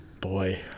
Boy